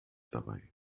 dabei